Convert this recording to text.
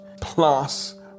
plus